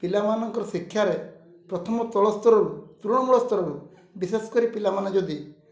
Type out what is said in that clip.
ପିଲାମାନଙ୍କର ଶିକ୍ଷାରେ ପ୍ରଥମ ତଳସ୍ତରରୁ ତୃଣମୂଳ ସ୍ତରରୁ ବିଶେଷ କରି ପିଲାମାନେ ଯଦି